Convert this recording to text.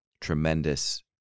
tremendous